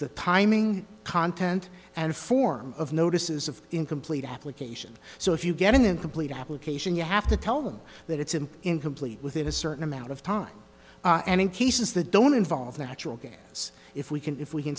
the timing content and form of notices of incomplete application so if you get an incomplete application you have to tell them that it's an incomplete within a certain amount of time and in cases that don't involve natural gas if we can if we can